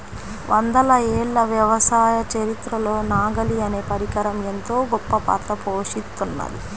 వందల ఏళ్ల వ్యవసాయ చరిత్రలో నాగలి అనే పరికరం ఎంతో గొప్పపాత్ర పోషిత్తున్నది